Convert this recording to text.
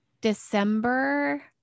December